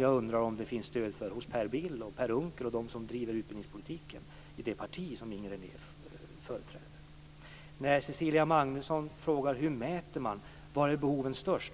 Jag undrar om det finns något stöd för detta hos Per Bill och Per Unckel och de som driver utbildningspolitiken i det parti som Cecilia Magnusson frågar hur mätningarna skall göras och var behoven är störst.